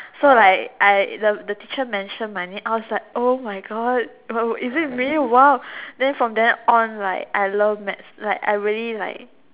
so like I I the the teacher mentioned my name I was like oh my god but is it me !wow! then from then on right I love maths like I really like